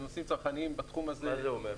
מה זה אומר?